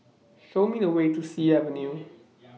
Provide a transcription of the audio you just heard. Show Me The Way to Sea Avenue